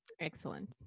excellent